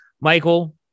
Michael